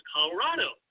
Colorado